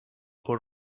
put